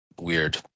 weird